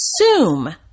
assume